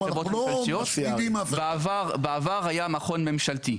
בעבר היה מכון ממשלתי.